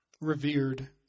revered